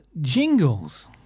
jingles